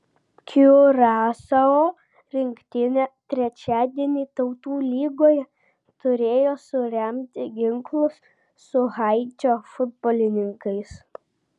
kiurasao rinktinė trečiadienį tautų lygoje turėjo suremti ginklus su haičio futbolininkais